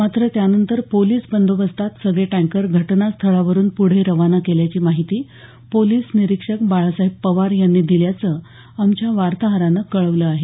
मात्र त्यानंतर पोलिस बंदोबस्तात सगळे टँकर घटनास्थळावरुन पुढे खाना केल्याची माहिती पोलीस निरीक्षक बाळासाहेब पवार यांनी दिल्याचं आमच्या वार्ताहरानं कळवलं आहे